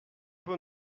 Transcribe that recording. peu